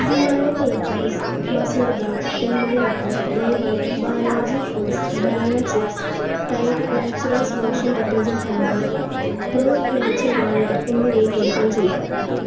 Himalayan Natives masoor dal എന്നതിനൊപ്പം ദയവായി Balaji foods banana chips Tide naturals washing detergent powder Pro Nature walnut എന്നിവയും നീക്കം ചെയ്യുക